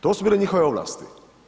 To su bile njihove ovlasti.